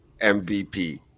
MVP